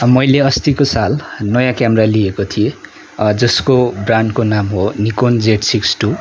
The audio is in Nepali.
मैले अस्तिको साल नयाँ क्यामरा लिएको थिएँ जसको ब्रान्डको नाम हो निक्कन जेड सिक्स टू